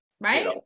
Right